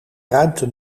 ruimte